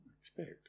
expect